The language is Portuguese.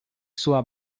sua